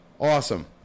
Awesome